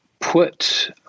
put